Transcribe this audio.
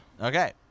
Okay